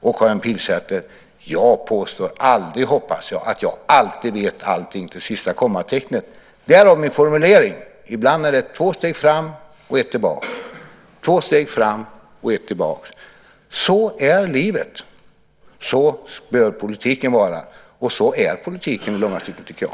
Och, Karin Pilsäter, jag påstår aldrig, hoppas jag, att jag alltid vet allting till sista kommatecknet, därav min formulering att ibland är det två steg fram och ett tillbaks. Så är livet, så bör politiken vara och så är politiken i långa stycken, tycker jag.